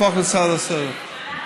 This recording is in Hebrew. זה יהפוך להצעה לסדר-היום.